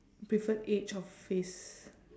preferred age of face